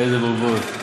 איזה בובון,